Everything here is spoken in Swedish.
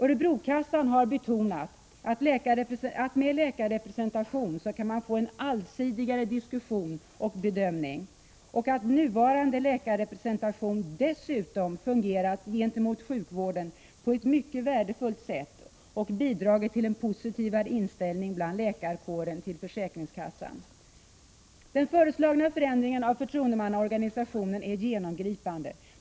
Örebrokassan har betonat att man med läkarrepresentation kan få en allsidigare diskussion och bedömning och att nuvarande läkarrepresentant dessutom fungerat på ett mycket värdefullt sätt gentemot sjukvården och bidragit till en positivare inställning bland läkarkåren till försäkringskassan. Den föreslagna förändringen av förtroendemannaorganisationen är genomgripande.